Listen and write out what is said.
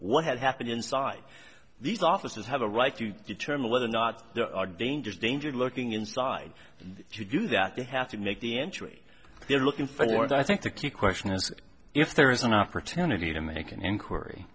what had happened inside these officers have a right to determine whether or not there are dangerous danger lurking inside to do that they have to make the entry they're looking for and i think the key question is if there is an opportunity to make an inquiry